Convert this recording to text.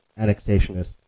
annexationist